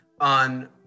on